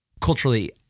culturally